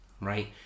right